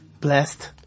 blessed